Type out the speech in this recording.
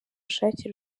bushake